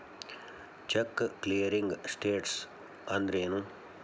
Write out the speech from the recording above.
Check clearing status ಅಂದ್ರೇನು?